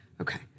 Okay